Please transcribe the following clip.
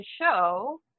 show